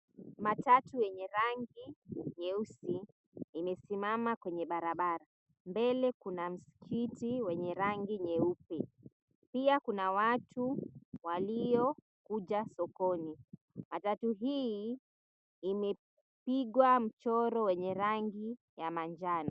Matatu yenye rangi nyeusi imesimama kwenye barabara. Mbele kuna msikiti wenye rangi nyeupe. Pia kuna watu waliokuja sokoni. Matatu hii imepigwa mchoro wenye rangi ya manjano.